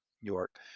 York